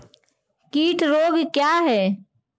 कीट रोग क्या है?